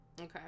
okay